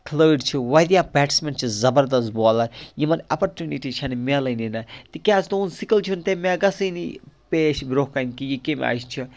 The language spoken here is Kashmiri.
کھِلٲڑۍ چھِ واریاہ بیٹٕس مین چھِ زبَردَست بالَر یِمَن اَپَرچونٹی چھنہٕ میلٲنی نہٕ تہِ کیازِ تُہُند سِکِل چھُنہٕ تَمہِ آیہِ گَژھٲنی پیٖش برونٛہہ کَنہِ کہِ یہِ کمہِ آیہِ چھِ